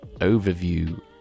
overview